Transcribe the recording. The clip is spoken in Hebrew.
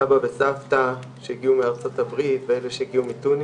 סבא וסבתא שהגיעו מארצות הברית ואלה שהגיעו מטוניס,